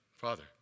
Father